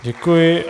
Děkuji.